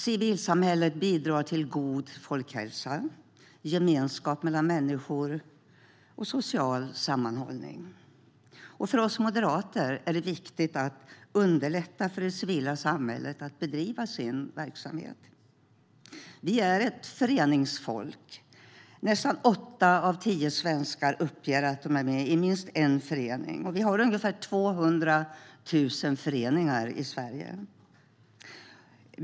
Civilsamhället bidrar till god folkhälsa, gemenskap mellan människor och social sammanhållning. För oss moderater är det viktigt att underlätta för det civila samhället att bedriva sin verksamhet. Vi är ett föreningsfolk. Nästan åtta av tio svenskar uppger att de är med i minst en förening, och vi har ungefär 200 000 föreningar i Sverige.